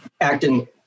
acting